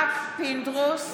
פינדרוס,